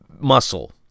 muscle